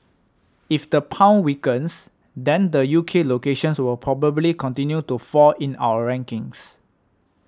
if the pound weakens then the U K locations will probably continue to fall in our rankings